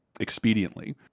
expediently